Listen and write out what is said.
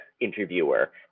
interviewer